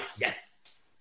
yes